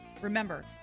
remember